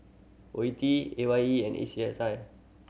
O ETI A Y E and A C S I